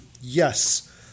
yes